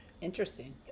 Interesting